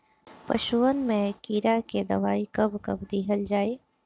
पशुअन मैं कीड़ा के दवाई कब कब दिहल जाई?